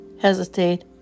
hesitate